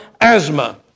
asthma